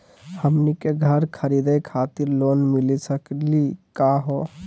हमनी के घर खरीदै खातिर लोन मिली सकली का हो?